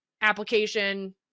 application